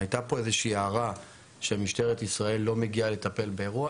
הייתה פה איזושהי הערה שמשטרת ישראל לא מגיעה לטפל באירוע.